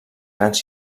grans